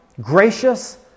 gracious